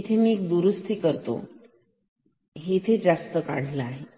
एक दुरुस्ती करतो मी इथे हे जास्त काढले आहे